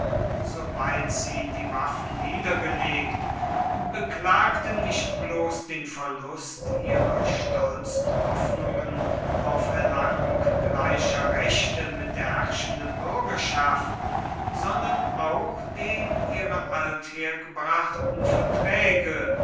soweit sie die waffen niedergelegt beklagten nicht bloß den verlust ihrer stolzen hoffnungen auf erlangung gleicher rechte mit der herrschenden bürgerschaft sondern auch den ihrer althergebrachten verträge